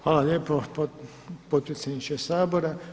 Hvala lijepo potpredsjedniče Sabora.